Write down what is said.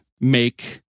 make